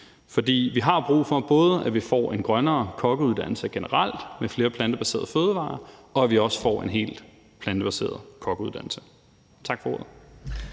For vi har både brug for, at vi får en grønnere kokkeuddannelse generelt med flere plantebaserede fødevarer, og at vi også får en helt plantebaseret kokkeuddannelse. Tak for ordet.